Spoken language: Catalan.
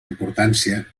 importància